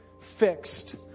fixed